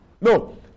No